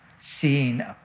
seeing